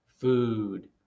food